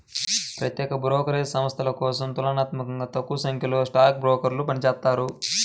ప్రత్యేక బ్రోకరేజ్ సంస్థల కోసం తులనాత్మకంగా తక్కువసంఖ్యలో స్టాక్ బ్రోకర్లు పనిచేత్తారు